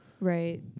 Right